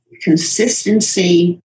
consistency